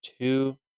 two